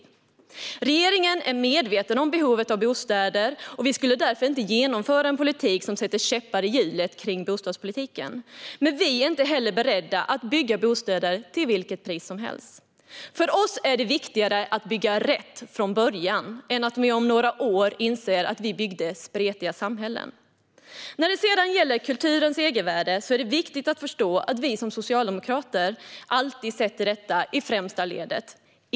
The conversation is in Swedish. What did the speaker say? Vi och regeringen är medvetna om behovet av bostäder och skulle därför inte genomföra en politik som sätter käppar i hjulen för bostadspolitiken. Men vi är inte beredda att bygga bostäder till vilket pris som helst. För oss är det viktigare att bygga rätt från början än att om några år inse att vi byggde spretiga samhällen. När det sedan gäller kulturens egenvärde är det viktigt att förstå att vi som socialdemokrater alltid sätter detta i främsta rummet.